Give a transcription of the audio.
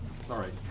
Sorry